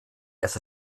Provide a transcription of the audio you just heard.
dass